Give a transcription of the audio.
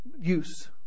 use